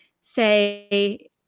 say